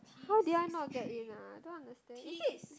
how did I not get in ah I don't understand